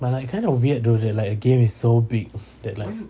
but like kind of weird though like a game is so big that lah